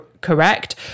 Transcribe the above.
Correct